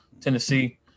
Tennessee